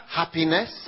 happiness